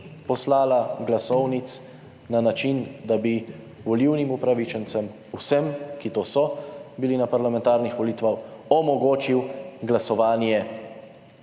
poslala glasovnic na način, da bi volilnim upravičencem, vsem, ki to so bili na parlamentarnih volitvah, omogočil glasovanje